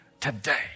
today